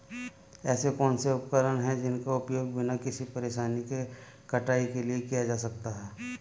ऐसे कौनसे उपकरण हैं जिनका उपयोग बिना किसी परेशानी के कटाई के लिए किया जा सकता है?